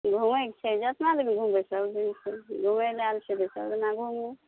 घुमैके छै जेतना दिन घुमबै सब घुमै लए आयल छियै तऽ सब दिना घुमू